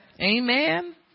Amen